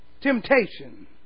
Temptation